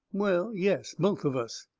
well, yes! both of us.